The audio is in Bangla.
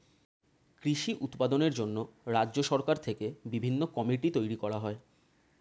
কৃষি উৎপাদনের জন্য রাজ্য সরকার থেকে বিভিন্ন কমিটি তৈরি করা হয়